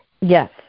Yes